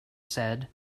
said